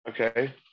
okay